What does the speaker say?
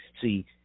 See